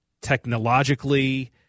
technologically